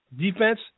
defense